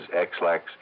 X-lax